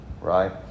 Right